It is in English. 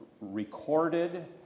recorded